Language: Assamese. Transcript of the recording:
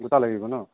গোটা লাগিব ন